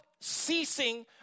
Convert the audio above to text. ceasing